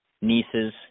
nieces